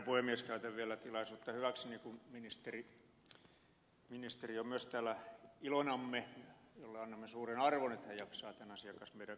käytän vielä tilaisuutta hyväkseni kun ministeri on myös täällä ilonamme mille annamme suuren arvon että hän jaksaa tämän asian kanssa meidän kanssamme täällä jumpata